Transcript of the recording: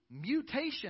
mutation